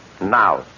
now